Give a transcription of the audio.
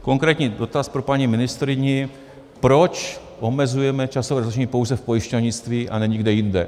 Konkrétní dotaz pro paní ministryni: Proč omezujeme časové rozlišení pouze v pojišťovnictví a nikde jinde?